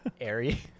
Airy